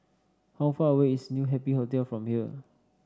how far away is New Happy Hotel from here